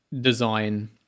design